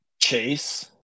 chase